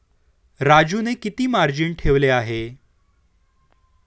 राजूने किती मार्जिन ठेवले आहे?